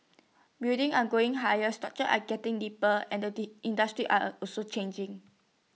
buildings are going higher structures are getting deeper and industries are are also changing